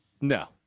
No